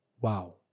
Wow